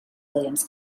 williams